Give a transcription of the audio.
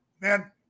man